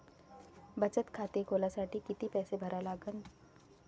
बचत खाते खोलासाठी किती पैसे भरा लागन?